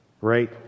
right